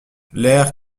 l’ère